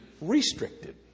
restricted